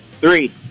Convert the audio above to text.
Three